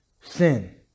sin